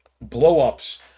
blow-ups